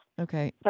Okay